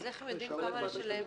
איך הם יודעים כמה לשלם?